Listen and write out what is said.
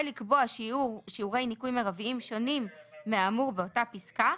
לקבוע שיעורי ניכוי מרביים שונים מהאמור באותה פסקה,